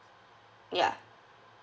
ya